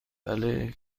بله